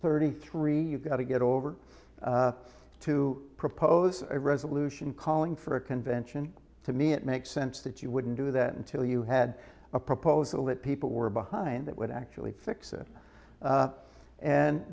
thirty three you've got to get over to propose a resolution calling for a convention to me it makes sense that you wouldn't do that until you had a proposal that people were behind that would actually fix it